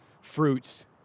fruits